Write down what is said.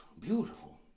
beautiful